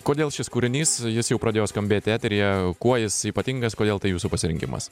kodėl šis kūrinys jis jau pradėjo skambėti eteryje kuo jis ypatingas kodėl tai jūsų pasirinkimas